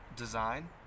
design